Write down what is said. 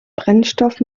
brennstoff